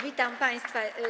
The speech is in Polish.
Witam państwa.